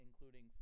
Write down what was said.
including